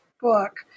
book